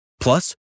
Plus